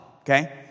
okay